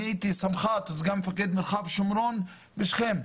אני הייתי סמח"ט, סגן מפקד מרחב שומרון בשכם.